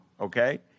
okay